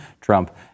Trump